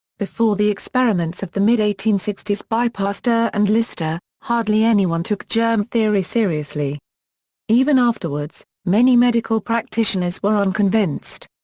before the experiments of the mid eighteen sixty s by pasteur and lister, hardly anyone took germ theory seriously even afterwards, many medical practitioners were unconvinced.